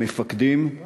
המפקדים, משוחח,